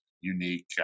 unique